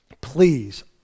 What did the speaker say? please